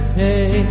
pay